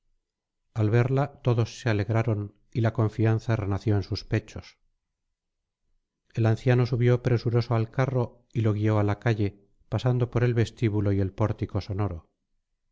al verla todos se alegraron y la confianza renació en sus pechos el anciano subió presuroso al carro y lo guió á la calle pasando por el vestíbulo y el pórtico sonoro